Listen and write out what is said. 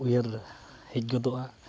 ᱩᱭᱦᱟᱹᱨ ᱦᱮᱡ ᱜᱚᱫᱚᱜᱼᱟ